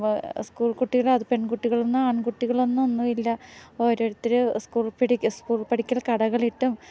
school കുട്ടികള് അത് പെൺകുട്ടികളെന്നോ ആൺകുട്ടികളെന്നോ ഒന്നും ഇല്ല ഓരോരുത്തര് സ്കൂൾ പടി സ്കൂൾ പടിക്കൽ കടകളിട്ടും